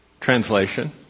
translation